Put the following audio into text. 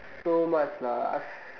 so much lah